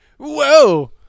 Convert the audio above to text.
Whoa